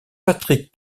patrick